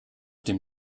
dem